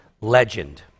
legend